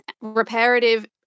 reparative